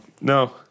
No